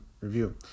review